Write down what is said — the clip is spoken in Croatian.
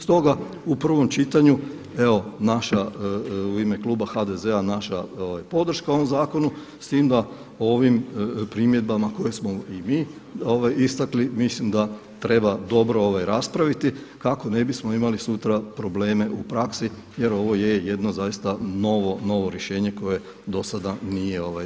Stoga u prvom čitanju evo naša u ime kluba HDZ-a naša podrška ovom zakonu s tim da o ovim primjedbama koje smo i mi istakli mislim da treba dobro raspraviti kako ne bismo imali sutra probleme u praksi jer ovo je jedno zaista novo rješenje koje do sada nije bilo.